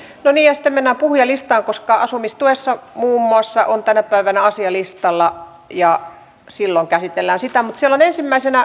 no niin ja sitten mennään puhujalistaan koska asumistuki muun muassa on tänä päivänä asialistalla ja silloin käsitellään sitä jalan ensimmäisenä